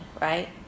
right